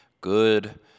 good